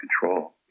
control